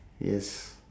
yes